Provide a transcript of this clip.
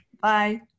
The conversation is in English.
Bye